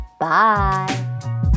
bye